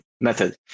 method